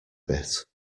bit